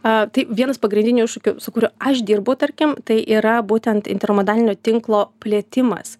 a tai vienas pagrindinių iššūkių su kuriuo aš dirbu tarkim tai yra būtent intermodalinio tinklo plėtimas